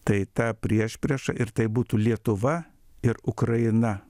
tai ta priešprieša ir taip būtų lietuva ir ukraina